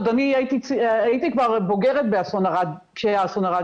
אני הייתי כבר בוגרת כשהיה אסון ערד,